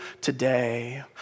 today